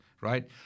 right